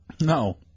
No